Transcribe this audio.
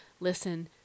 listen